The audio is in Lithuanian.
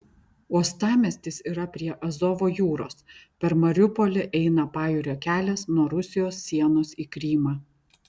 uostamiestis yra prie azovo jūros per mariupolį eina pajūrio kelias nuo rusijos sienos į krymą